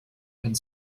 and